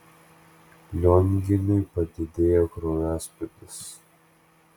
lionginui padidėjo kraujospūdis